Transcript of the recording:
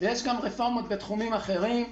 יש גם רפורמות בתחומים אחרים,